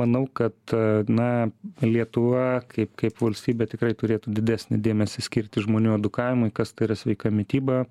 manau kad na lietuva kaip kaip valstybė tikrai turėtų didesnį dėmesį skirti žmonių edukavimui kas tai yra sveika mityba